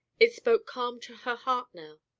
it spoke calm to her heart now.